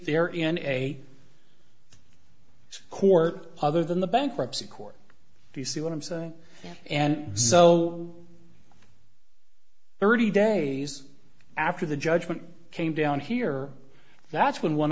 they're in a court other than the bankruptcy court to see what i'm saying and so thirty days after the judgment came down here that's when one